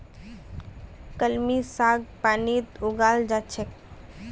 कलमी साग पानीत उगाल जा छेक